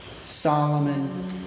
Solomon